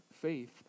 faith